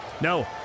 No